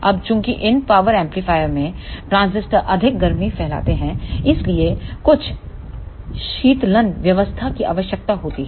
अब चूंकि इन पावर एम्पलीफायरों में ट्रांजिस्टर अधिक गर्मी फैलाते हैं इसलिए कुछ शीतलन व्यवस्था की आवश्यकता होती है